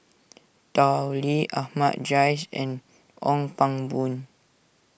Tao Li Ahmad Jais and Ong Pang Boon